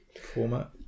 Format